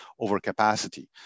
overcapacity